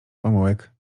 pomyłek